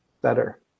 better